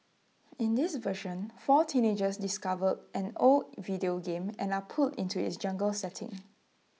in this version four teenagers discover an old video game and are pulled into its jungle setting